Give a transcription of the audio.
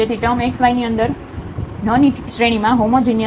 તેથી term xy ની અંદર ન ની શ્રેણીમાં હોમોજિનિયસ છે